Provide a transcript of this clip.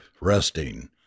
resting